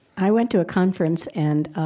i went to a conference and